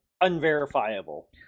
unverifiable